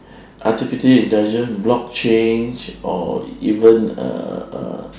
artificial intelligence blockchain or even uh uh